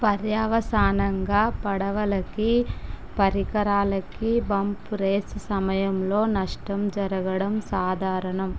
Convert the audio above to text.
పర్యవసానంగా పడవలకి పరికరాలకి బంప్ రేస్ సమయంలో నష్టం జరగడం సాధారణం